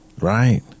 right